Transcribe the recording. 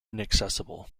inaccessible